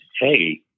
hey